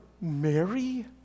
Mary